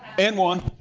n one!